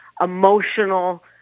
emotional